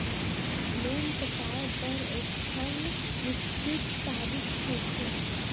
loan पटाए बर एकठन निस्चित तारीख होथे